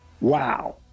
wow